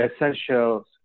essentials